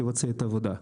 לבצע את העבודה.